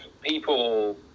people